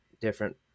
different